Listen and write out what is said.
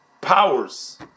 powers